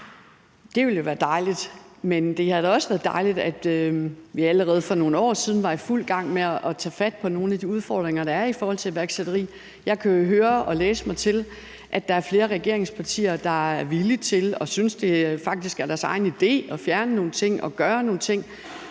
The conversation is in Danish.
Det vil jo være dejligt. Men det havde da også været dejligt, at vi allerede for nogle år siden havde været i fuld gang med at tage fat på nogle af de udfordringer, der er i forhold til iværksætteri. Jeg kan jo høre og læse mig til, at der er flere regeringspartier, der er villige til og faktisk synes, det er deres egen idé, at fjerne nogle ting og gøre nogle ting.